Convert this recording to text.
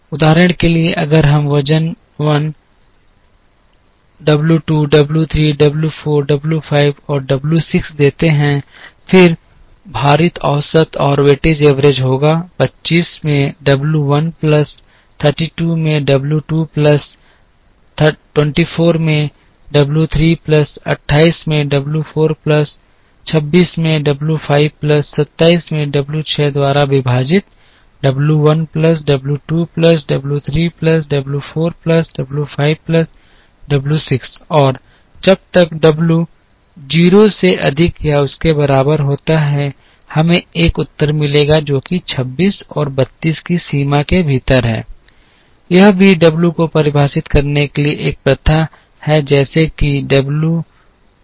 उदाहरण के लिए अगर हम वजन 1 डब्ल्यू 2 डब्ल्यू 3 डब्ल्यू 4 डब्ल्यू 5 और डब्ल्यू 6 देते हैं फिर भारित औसत होगा 25 में डब्ल्यू 1 प्लस 32 में डब्ल्यू 2 प्लस 24 में डब्ल्यू 3 प्लस 28 में डब्ल्यू 4 प्लस 26 में डब्ल्यू 5 प्लस 27 में डब्ल्यू 6 द्वारा विभाजित w 1 plus w 2 plus w 3 plus w 4 plus w 5 plus w 6 और जब तक w 0 से अधिक या उसके बराबर होता है हमें एक उत्तर मिलेगा जो कि 26 और 32 की सीमा के भीतर है यह भी w को परिभाषित करने के लिए एक प्रथा है जैसे कि w की 1 है